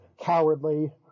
cowardly